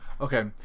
okay